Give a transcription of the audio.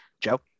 Joe